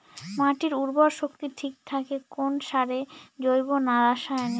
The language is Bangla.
মাটির উর্বর শক্তি ঠিক থাকে কোন সারে জৈব না রাসায়নিক?